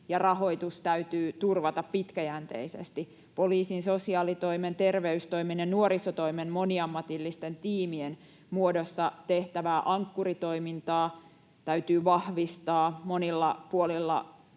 rahoitus täytyy turvata pitkäjänteisesti. Poliisin, sosiaalitoimen, terveystoimen ja nuorisotoimen moniammatillisten tiimien muodossa tehtävää Ankkuri-toimintaa täytyy vahvistaa. Monilla puolilla